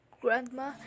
Grandma